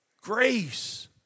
Grace